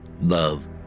love